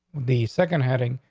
the second heading,